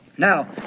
Now